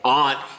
aunt